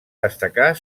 destacar